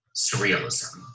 Surrealism